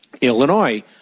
Illinois